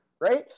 right